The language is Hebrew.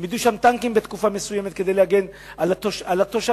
העמידו שם טנקים בתקופה מסוימת כדי להגן על התושבים,